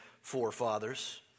forefathers